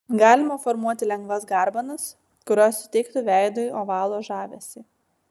galima formuoti lengvas garbanas kurios suteiktų veidui ovalo žavesį